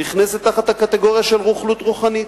נכנסת תחת הקטגוריה של רוכלות רוחנית.